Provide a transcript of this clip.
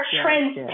trends